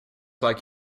like